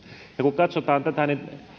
ja kun katsotaan tätä niin